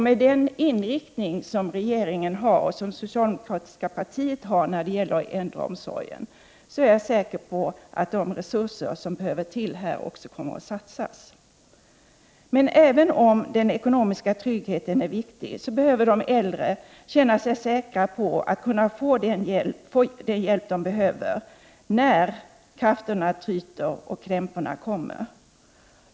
Med den inriktning regeringen och socialdemokratiska partiet har när det gäller äldreomsorgen är jag säker på att de resurser som behövs kommer att satsas. Men även om den ekonomiska tryggheten är viktig behöver de äldre känna sig säkra på att kunna få den hjälp de behöver när krafterna tryter och krämporna kommer.